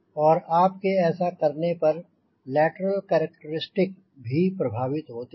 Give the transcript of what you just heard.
और आपके ऐसा करने पर लेटरल करेक्टरिस्टिक्स भी प्रभावित होते हैं